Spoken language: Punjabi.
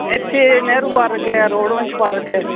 ਇੱਥੇ ਨਹਿਰੂ ਪਾਰਕ ਹੈ ਰੋਡ ਵੰਸ਼ ਪਾਰਕ ਹੈ